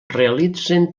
realitzen